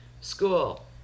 school